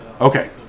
okay